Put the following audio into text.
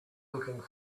looking